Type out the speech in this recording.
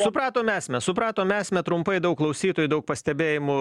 supratom esmę supratom esmę trumpai daug klausytojų daug pastebėjimų